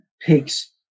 pigs